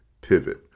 Pivot